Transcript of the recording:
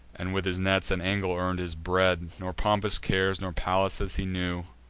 and with his nets and angle earn'd his bread nor pompous cares, nor palaces, he knew,